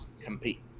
compete